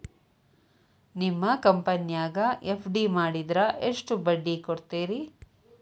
ನಿಮ್ಮ ಕಂಪನ್ಯಾಗ ಎಫ್.ಡಿ ಮಾಡಿದ್ರ ಎಷ್ಟು ಬಡ್ಡಿ ಕೊಡ್ತೇರಿ?